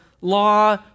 law